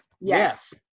Yes